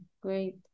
Great